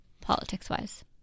politics-wise